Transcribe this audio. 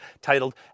titled